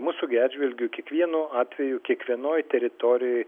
mūsų gi atžvilgiu kiekvienu atveju kiekvienoj teritorijoj